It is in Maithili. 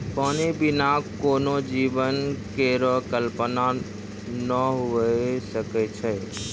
पानी बिना कोनो जीवन केरो कल्पना नै हुए सकै छै?